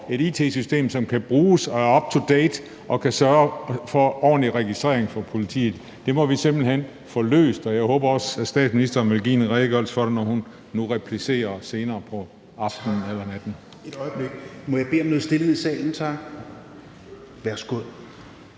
et it-system, som kan bruges og er up to date og kan sørge for ordentlig registrering for politiet. Det må vi simpelt hen få løst, og jeg håber også, at statsministeren vil give en redegørelse for det, når hun nu senere på aftenen eller natten